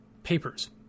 papers